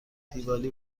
دیوالی